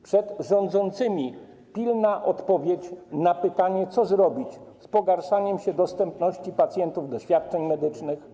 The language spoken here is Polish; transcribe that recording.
Przed rządzącymi pilna odpowiedź na pytanie, co zrobić z pogarszaniem się dostępu pacjentów do świadczeń medycznych.